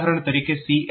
ઉદાહરણ તરીકે CLC